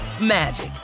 magic